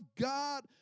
God